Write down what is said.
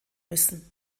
müssen